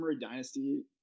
dynasty